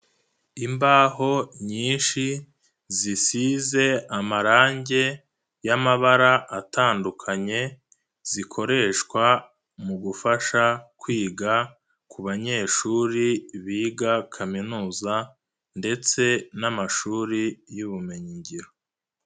Imbaho nyinshi zisize amarange y'amabara atandukanye, zikoreshwa mu gufasha kwiga ku banyeshuri biga kaminuza ndetse n'amashuri y'ubumenyingiro.